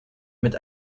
mit